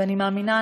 ואני מאמינה,